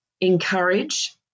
encourage